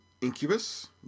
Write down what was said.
Incubus